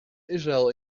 israël